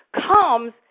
comes